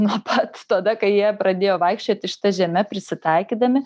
nuo pat tada kai jie pradėjo vaikščioti šita žeme prisitaikydami